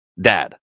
dad